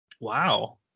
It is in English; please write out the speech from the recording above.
Wow